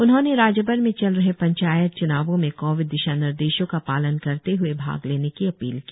उन्होंने राज्यभर में चल रहे पंचायत च्नावों में कोविड दिशार्निदेशों का पालन करते हए भाग लेने की अपील की